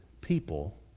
people